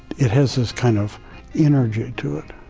it has this kind of energy to it.